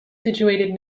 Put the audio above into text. situated